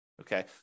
okay